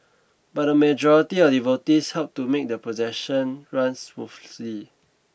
but the majority of devotees helped to make the procession runs smoothly